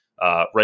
right